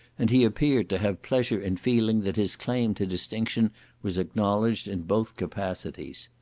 and he appeared to have pleasure in feeling that his claim to distinction was acknowledged in both capacities.